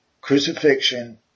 crucifixion